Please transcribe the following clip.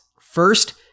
First